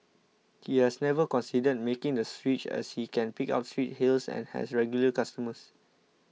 he has never considered making the switch as he can pick up street hails and has regular customers